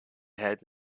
heads